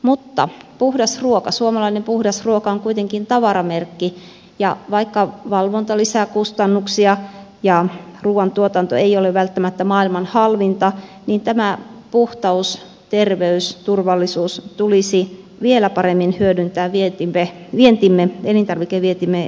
mutta puhdas ruoka suomalainen puhdas ruoka on kuitenkin tavaramerkki ja vaikka valvonta lisää kustannuksia ja ruuantuotanto ei ole välttämättä maailman halvinta niin tämä puhtaus terveys turvallisuus tulisi vielä paremmin hyödyntää elintarvikevientimme edistämisessä